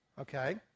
Okay